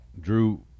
Drew